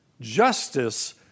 Justice